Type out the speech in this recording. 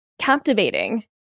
Captivating